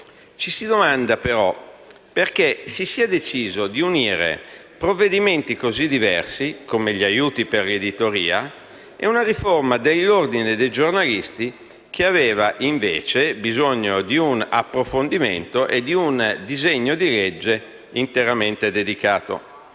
Ci si domanda, però, perché si sia deciso di unire provvedimenti così diversi come gli aiuti per l'editoria e una riforma dell'Ordine dei giornalisti, che aveva invece bisogno di un approfondimento e di un disegno di legge interamente dedicato.